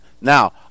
Now